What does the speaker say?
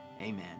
amen